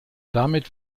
damit